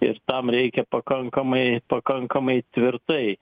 ir tam reikia pakankamai pakankamai tvirtai